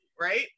right